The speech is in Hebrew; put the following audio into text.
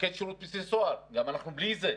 מפקד שירות בתי הסוהר, אנחנו גם בלי זה.